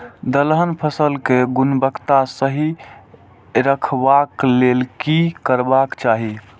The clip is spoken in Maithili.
दलहन फसल केय गुणवत्ता सही रखवाक लेल की करबाक चाहि?